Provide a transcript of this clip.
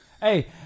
Hey